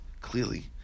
clearly